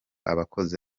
abakoze